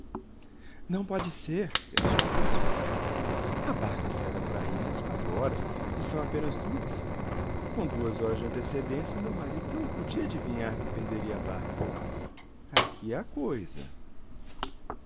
não pode ser pensou d senhorinha a barca sai da prainha às quatro horas e são apenas duas com duas horas de antecedência meu marido não podia adivinhar que perderia a barca aqui há coisa